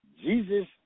Jesus